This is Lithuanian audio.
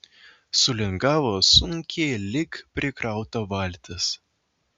sulingavo sunkiai lyg prikrauta valtis